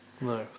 no